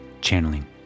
Channeling